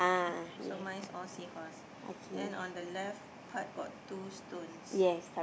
so mine is all sea horse then on the left part got two stones